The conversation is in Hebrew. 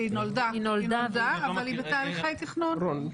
היא נולדה, אבל היא בתהליכי תכנון.